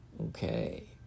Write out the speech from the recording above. okay